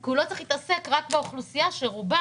כי היא לא צריכה להתעסק רק באוכלוסייה שרובה